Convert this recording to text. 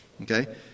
okay